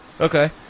Okay